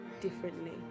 differently